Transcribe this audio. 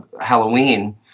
Halloween